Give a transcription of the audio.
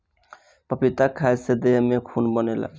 पपीता खाए से देह में खून बनेला